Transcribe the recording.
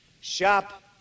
Shop